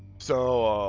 so,